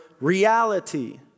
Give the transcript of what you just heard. reality